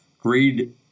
Greed